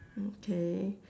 okay